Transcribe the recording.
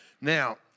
Now